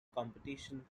competition